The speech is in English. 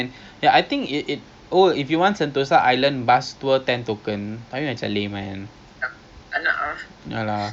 ya betul tu err they have one in great world city